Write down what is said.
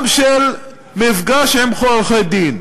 גם של מפגש עם עורכי-דין,